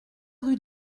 rue